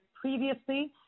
previously